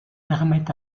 permettent